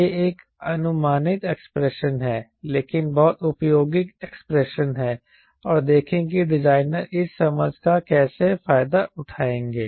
यह एक अनुमानित एक्सप्रेशन है लेकिन बहुत उपयोगी एक्सप्रेशन है और देखें कि डिजाइनर इस समझ का कैसे फायदा उठाएंगे